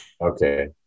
Okay